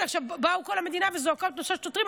כל המדינה זועקים "נשות שוטרים",